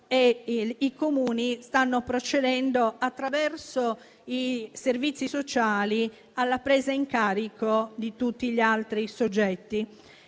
e i Comuni stanno procedendo, attraverso i servizi sociali, alla presa in carico di tutti gli altri soggetti.